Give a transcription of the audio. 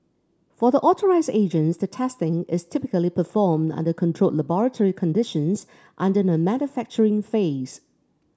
for the authorised agents the testing is typically performed under controlled laboratory conditions under the manufacturing phase